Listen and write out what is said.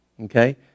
okay